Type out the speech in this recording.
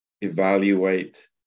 evaluate